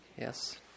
Yes